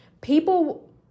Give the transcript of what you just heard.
People